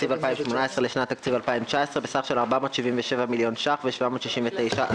2018 לשנת התקציב 2019 בסך של 324,160,000 שקלים במזומן,